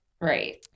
Right